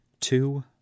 Two